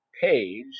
page